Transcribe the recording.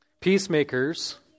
Peacemakers